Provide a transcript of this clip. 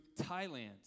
Thailand